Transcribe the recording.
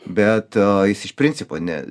be a jis iš principo ne